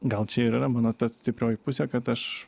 gal čia ir yra mano ta stiprioji pusė kad aš